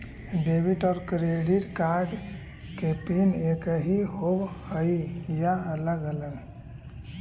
Debit और credit card के PIN एकही होव हइ या अलग अलग?